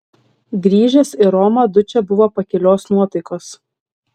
grįžęs į romą dučė buvo pakilios nuotaikos